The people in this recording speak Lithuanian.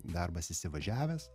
darbas įsivažiavęs